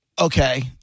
okay